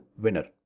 winner